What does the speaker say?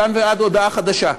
מכאן ועד הודעה חדשה.